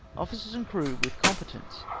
officers, and crew, with competence.